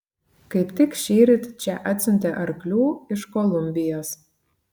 kaip tik šįryt čia atsiuntė arklių iš kolumbijos